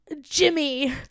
Jimmy